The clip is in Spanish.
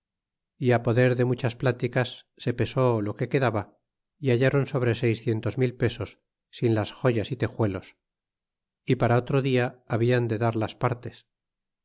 á poder de muchas pláticas se pesó lo que quedaba y hallaron sobre seiscientos mil pesos sin las joyas y tejuelos y para otro dia hablan de dar las partes